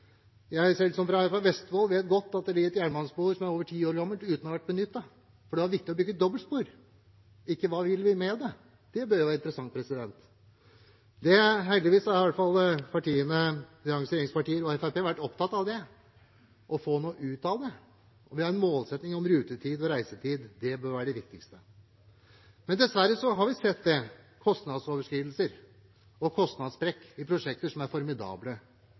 et jernbanespor som er over ti år gammelt, uten at det er benyttet, for det var viktig å bygge dobbeltspor. Men hva vil vi med det? Det bør være interessant. Heldigvis har dagens regjeringspartier og Fremskrittspartiet vært opptatt av å få noe ut av det. Vi har en målsetting om rutetid og reisetid. Det bør være det viktigste. Dessverre har vi i prosjekter sett kostnadsoverskridelser og kostnadssprekk som er formidable.